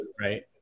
right